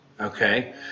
Okay